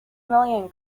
million